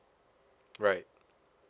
right